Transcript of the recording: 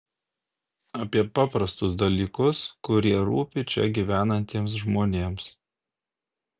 apie paprastus dalykus kurie rūpi čia gyvenantiems žmonėms